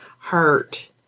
hurt